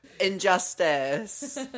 injustice